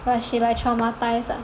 but she like traumatized ah